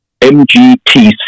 MGTC